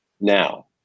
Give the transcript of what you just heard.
now